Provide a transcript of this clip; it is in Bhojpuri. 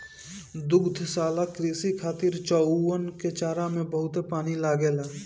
दुग्धशाला कृषि खातिर चउवन के चारा में बहुते पानी लागेला